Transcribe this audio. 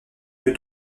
lieu